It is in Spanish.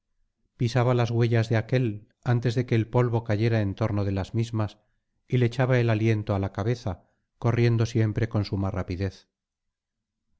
pisaba las huellas de aquél antes de que el polvo cayera en torno de las mismas y le echaba el aliento á la cabeza corriendo siempre con suma rapidez